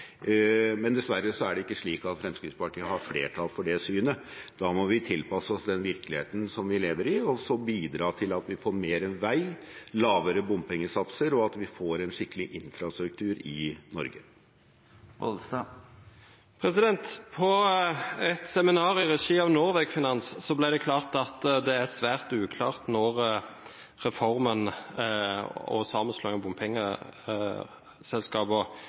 men dessverre er det ikke slik at Fremskrittspartiet har flertall for det synet. Da må vi tilpasse oss den virkeligheten som vi lever i, og bidra til at vi får mer vei, lavere bompengesatser, og at vi får en skikkelig infrastruktur i Norge. På et seminar i regi av Norvegfinans ble det klart at det er svært uklart når reformen og sammenslåing av bompengeselskaper